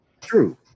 true